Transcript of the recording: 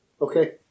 Okay